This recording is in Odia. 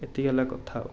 ଏତିକି ହେଲା କଥା ଆଉ